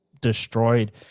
destroyed